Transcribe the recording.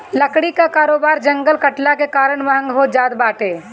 लकड़ी कअ कारोबार जंगल कटला के कारण महँग होत जात बाटे